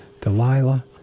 Delilah